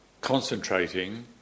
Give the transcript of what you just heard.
Concentrating